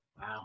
Wow